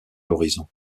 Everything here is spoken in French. l’horizon